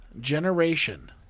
generation